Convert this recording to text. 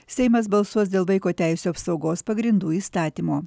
seimas balsuos dėl vaiko teisių apsaugos pagrindų įstatymo